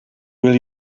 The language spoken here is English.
will